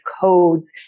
codes